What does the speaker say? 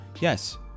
Yes